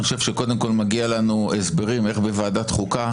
אני חושב שקודם כול מגיע לנו הסברים איך בוועדת חוקה